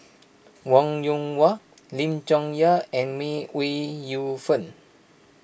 Wong Yoon Wah Lim Chong Yah and May Ooi Yu Fen